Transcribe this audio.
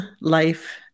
life